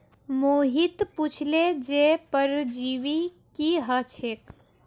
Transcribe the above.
मोहित पुछले जे परजीवी की ह छेक